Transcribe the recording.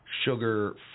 Sugar